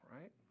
right